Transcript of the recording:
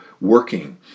working